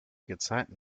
gezeiten